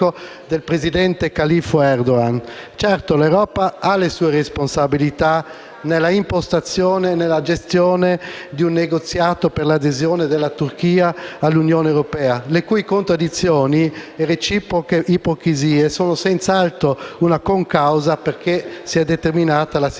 del presidente-califfo Erdogan. Certo, l'Europa ha le proprie responsabilità nella impostazione e nella gestione di un negoziato per l'adesione della Turchia all'Unione europea, le cui contraddizioni e reciproche ipocrisie sono senz'altro una concausa perché si è determinata la situazione